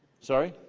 sorry?